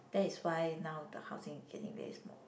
that is why now the housing can be very small